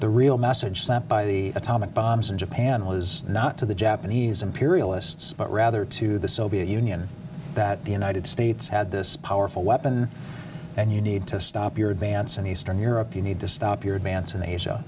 the real message sent by the atomic bombs in japan was not to the japanese imperialists but rather to the soviet union that the united states had this powerful weapon and you need to stop your advance and eastern europe you need to stop your advance in asia